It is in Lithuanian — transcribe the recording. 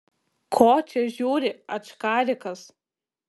ko čia žiūri ačkarikas